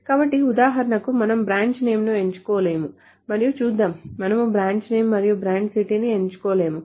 కాబట్టి ఉదాహరణకు మనము బ్రాంచ్ నేమ్ ను ఎంచుకోలేము మరియు చూద్దాం మనము బ్రాంచ్ నేమ్ మరియు బ్రాంచ్ సిటీని ఎంచుకోలేము